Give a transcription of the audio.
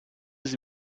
sie